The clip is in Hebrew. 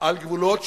על גבולות 67'